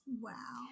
Wow